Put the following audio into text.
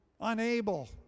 unable